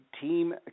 team